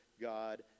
God